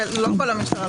לא כל המשטרה לא ידעה.